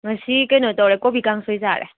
ꯉꯁꯤ ꯀꯩꯅꯣ ꯇꯧꯔꯦ ꯀꯣꯕꯤ ꯀꯥꯡꯁꯣꯏ ꯆꯥꯔꯦ